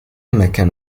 مكان